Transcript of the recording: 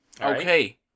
Okay